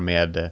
Med